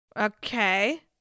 Okay